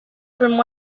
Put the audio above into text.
from